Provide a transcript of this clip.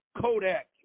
Kodak